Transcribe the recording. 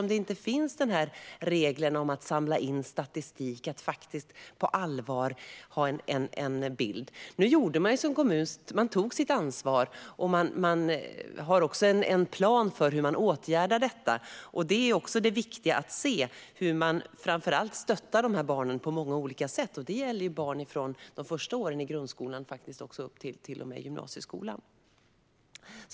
Det fanns inte regler om att samla in statistik och på allvar få en bild, men de tog sitt ansvar som kommun och har en plan för hur detta ska åtgärdas. Det viktiga är att se hur man framför allt stöttar dessa barn på många olika sätt, och detta gäller barn från de första åren i grundskolan upp till gymnasieskolan.